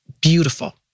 beautiful